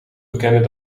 bekennen